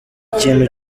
kintu